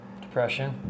Depression